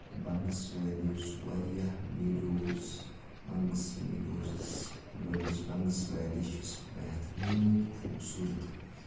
Bangus valley یُس واریاہ meadows Bangus meadows یُس بَنگس ویلی چھِ سُہ چھُ بہتریٖن خوٗبصوٗرت